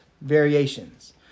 variations